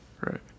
Right